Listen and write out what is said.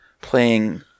playing